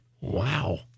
Wow